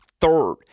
third